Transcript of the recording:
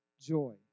joy